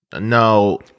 No